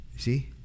See